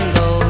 go